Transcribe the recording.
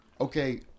Okay